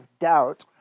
doubt